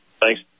Thanks